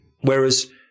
whereas